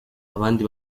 abandi